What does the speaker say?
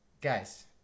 Guys